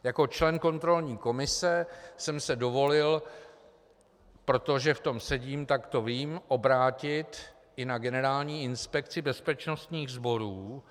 Jako člen kontrolní komise jsem si dovolil, protože v tom sedím, tak to vím, obrátit se i na Generální inspekci bezpečnostních sborů.